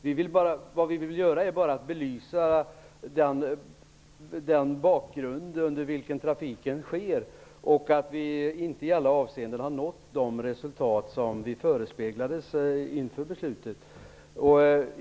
Det vi vill göra är att belysa den bakgrund mot vilken trafiken sker och att vi inte i alla avseenden har nått de resultat som vi förespeglades inför beslutet.